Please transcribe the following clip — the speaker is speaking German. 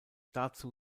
dazu